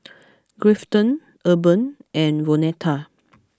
Grafton Urban and Vonetta